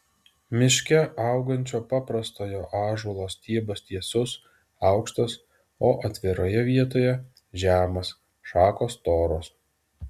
miške augančio paprastojo ąžuolo stiebas tiesus aukštas o atviroje vietoje žemas šakos storos